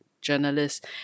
journalists